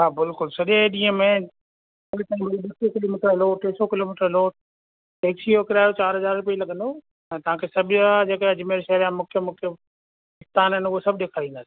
हा बिल्कुलु सॼे ॾींहं में भले तव्हां ॿ सौ किलोमीटर हलो टे सौ किलोमीटर हलो टैक्सीअ जो किरायो चारि हज़ार रुपया ई लॻंदो ऐं तव्हांखे सभु इहा जेके अजमेर शहर जा मुख्यु मुख्यु आस्थान आहिनि उहे सभु ॾेखारींदासीं